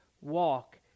walk